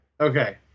Okay